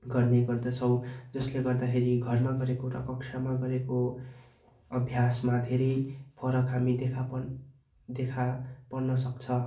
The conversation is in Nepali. गर्ने गर्दछौँ जसले गर्दाखेरि घरमा गरेको र कक्षमा गरेको अभ्यासमा धेरै फरक हामी देखा पर्ने देखा पर्न सक्छ